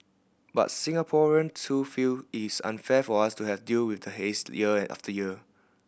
but Singaporean too feel is unfair for us to have deal with the haze year after year